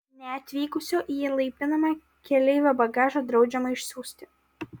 neatvykusio į įlaipinimą keleivio bagažą draudžiama išsiųsti